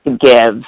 give